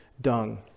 dung